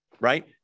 right